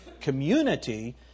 community